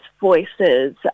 voices